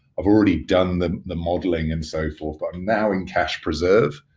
i've already done the the modeling and so forth, but i'm now in cash preserve,